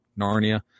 Narnia